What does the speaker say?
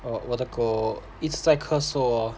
orh 我的狗一直在咳嗽 hor